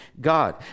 God